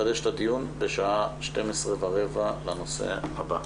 הישיבה ננעלה בשעה 12:12.